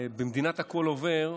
הוא שבמדינת הכול עובר,